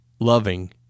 loving